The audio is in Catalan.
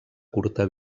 curta